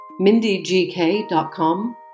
MindyGK.com